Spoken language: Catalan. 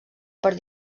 per